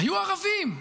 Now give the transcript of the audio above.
היו ערבים.